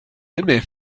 aimé